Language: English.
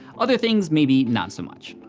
other things, maybe not so much.